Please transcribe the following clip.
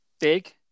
big